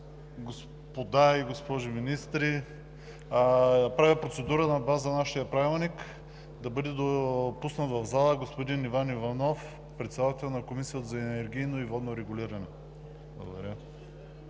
господа и госпожи министри! Правя процедура на база на нашия Правилник да бъде допуснат в залата господин Иван Иванов – председател на Комисията за енергийно и водно регулиране. Благодаря.